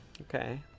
okay